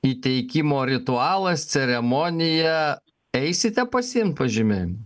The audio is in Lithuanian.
įteikimo ritualas ceremonija eisite pasiimt pažymėjimo